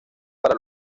para